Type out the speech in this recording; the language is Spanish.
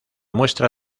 muestra